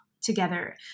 together